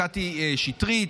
קטי שטרית,